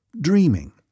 Dreaming